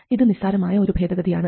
ഇത് നിസ്സാരമായ ഒരു ഭേദഗതിയാണ്